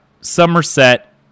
Somerset